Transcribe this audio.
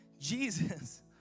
Jesus